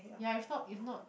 ya if not if not